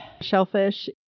shellfish